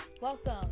Welcome